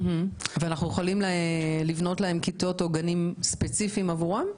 אנחנו יכולים לבנות להם כיתות או גנים ספציפיים עבורם?